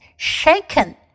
Shaken